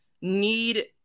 need